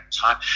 time